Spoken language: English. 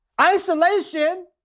Isolation